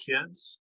kids